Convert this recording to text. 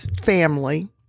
family